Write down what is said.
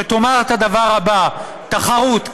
שתאמר את הדבר הבא: תחרות,